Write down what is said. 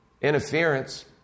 interference